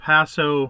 Paso